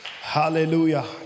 hallelujah